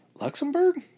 Luxembourg